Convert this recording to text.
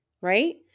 right